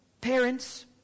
parents